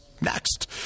next